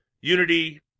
unity